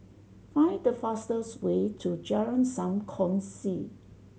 find the fastest way to Jalan Sam Kongsi